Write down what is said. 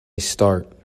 start